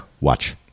watch